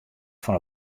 fan